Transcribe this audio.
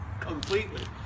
completely